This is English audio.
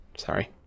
Sorry